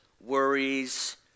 worries